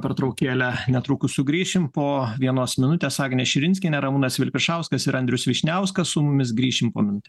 pertraukėlę netrukus sugrįšim po vienos minutės agnė širinskienė ramūnas vilpišauskas ir andrius vyšniauskas su mumis grįšim po minutės